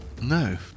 No